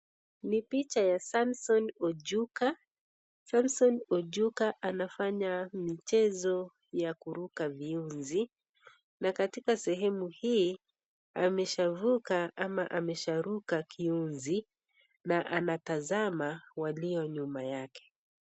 Ni picha ya Samson Ochuka, Samson Ochuka anafanya mchezo ya kuruka viunzi na katika sehemu hii ameshavuka ama amesharuka kiunzi na anatazama walio nyuma yake.